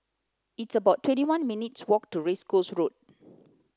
it's about twenty one minutes' walk to Race Course Road